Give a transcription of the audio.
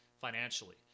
financially